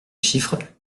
chiffres